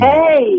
Hey